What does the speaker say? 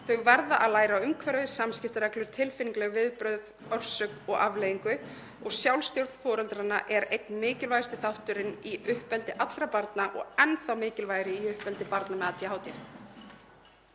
Þau verða að læra á umhverfið, samskiptareglur, tilfinningaleg viðbrögð, orsök og afleiðingu. Sjálfstjórn foreldranna er einn mikilvægasti þátturinn í uppeldi allra barna“ — og enn þá mikilvægari í uppeldi barna með ADHD. Eins